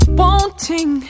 wanting